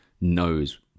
knows